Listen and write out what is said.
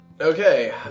Okay